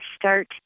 start